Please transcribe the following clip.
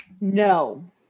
no